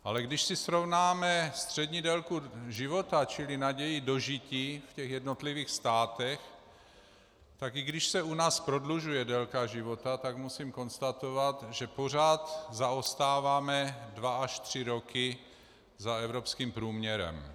Ale když si srovnáme střední délku života, čili naději dožití v jednotlivých státech, tak i když se u nás prodlužuje délka života, tak musím konstatovat, že pořád zaostáváme dva až tři roky za evropským průměrem.